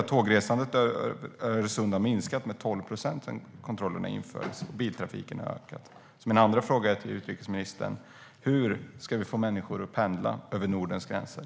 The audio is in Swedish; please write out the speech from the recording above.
Tågresandet över Öresund har minskat med 12 procent sedan kontrollerna infördes och biltrafiken har ökat. Hur ska vi få människor att pendla över Nordens gränser?